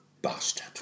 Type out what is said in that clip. Bastard